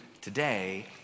today